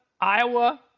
Iowa